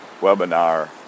webinar